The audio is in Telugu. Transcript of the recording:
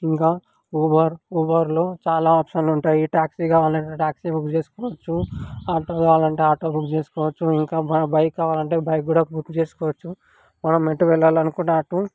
ఇంకా ఊబర్ ఊబర్లో చాలా ఆప్షన్లు ఉంటాయి టాక్సీ కావాలంటే టాక్సీ బుక్ చేసుకోవచ్చు ఆటో కావాలంటే ఆటో బుక్ చేసుకోవచ్చు ఇంకా బైక్ కావాలంటే బైక్ కూడా బుక్ చేసుకోవచ్చు మనం ఎటు వెళ్ళాలని అనుకుంటే అటు